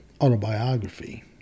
autobiography